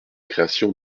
création